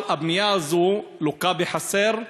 אבל הבנייה הזו לוקה בחסר,